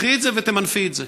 קחי את זה ותמנפי את זה.